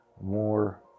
more